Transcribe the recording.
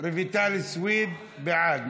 חיליק בר, בעד, את חברת הכנסת רויטל סויד, בעד.